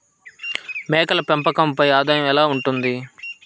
మేకల పెంపకంపై ఆదాయం ఎలా ఉంటుంది?